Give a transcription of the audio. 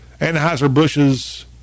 Anheuser-Busch's